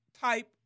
type